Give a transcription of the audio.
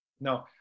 No